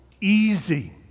easy